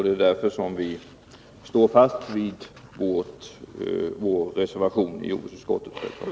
Det är därför som vi står fast vid vår reservation i jordbruksutskottets betänkande.